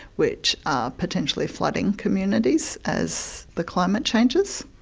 which are potentially flooding communities as the climate changes.